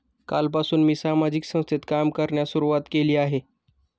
कालपासून मी सामाजिक संस्थेत काम करण्यास सुरुवात केली आहे